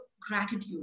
gratitude